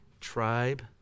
tribe